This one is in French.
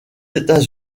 états